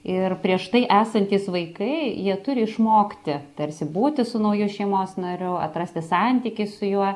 ir prieš tai esantys vaikai jie turi išmokti tarsi būti su nauju šeimos nariu atrasti santykį su juo